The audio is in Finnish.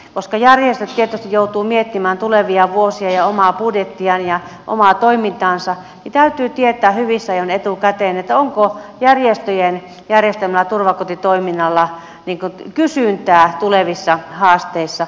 koska järjestöt tietysti joutuvat miettimään tulevia vuosiaan ja omaa budjettiaan ja omaa toimintaansa niin täytyy tietää hyvissä ajoin etukäteen onko järjestöjen järjestämällä turvakotitoiminnalla kysyntää tulevissa haasteissa